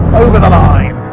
over the line.